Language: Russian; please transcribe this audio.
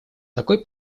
такой